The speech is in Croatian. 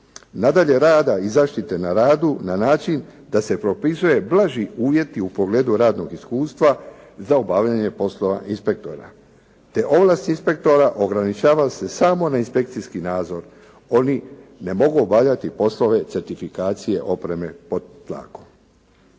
Nadalje, rada i zaštite na radu na način da se propisuje blaži uvjeti u pogledu radnog iskustva za obavljanje poslova inspektora, te ovlast inspektora ograničava se samo na inspekcijski nadzor. Oni ne mogu obavljati poslove certifikacije opreme pod